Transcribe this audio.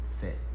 fit